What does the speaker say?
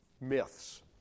myths